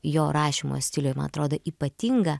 jo rašymo stiliui man atrodo ypatinga